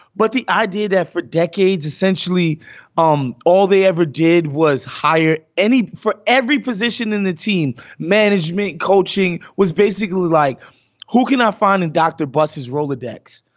but the idea that for decades, essentially um all they ever did was hire any for every position in the team management coaching was basically like hooking up, finding dr. bus, his rolodex.